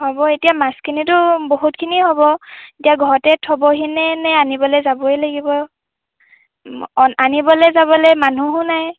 হ'ব এতিয়া মাছখিনিতো বহুতখিনি হ'ব এতিয়া ঘৰতে থ'বহিনে নে আনিবলৈ যাবই লাগিব আনিবলৈ যাবলৈ মানুহো নাই